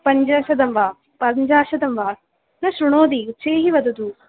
पञ्चाशतं वा पञ्चाशतं वा न शृणोति उच्चैः वदतु